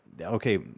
okay